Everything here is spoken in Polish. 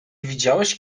widziałeś